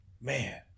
Man